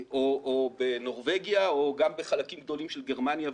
או בנורבגיה או גם בחלקים גדולים של גרמניה,